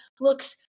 looks